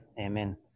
Amen